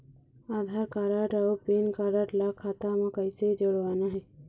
आधार card अऊ PAN card ला खाता म कइसे जोड़वाना हे?